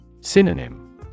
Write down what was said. Synonym